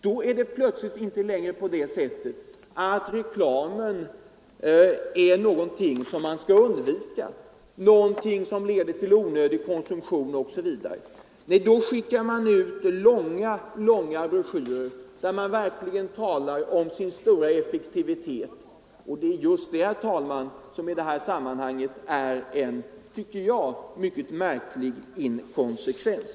Då är reklamen plötsligt inte längre någonting som man skall undvika, någonting som leder till onödig konsumtion osv. Nej, då skickar man ut långa broschyrer där man talar om sin stora effektivitet. Det är just detta, herr talman, som i det här sammanhanget är en mycket märklig inkonsekvens.